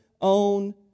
own